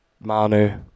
Manu